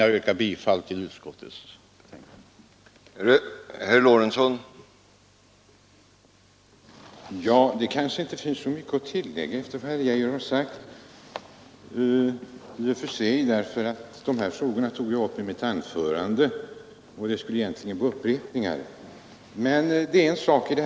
Jag yrkar bifall till utskottets förslag.